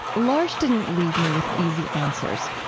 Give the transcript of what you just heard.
l'arche didn't leave me with easy answers,